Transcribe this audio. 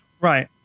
Right